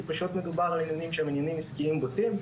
כי פשוט מדובר על עניינים שהם ענייניים עסקיים בוטים,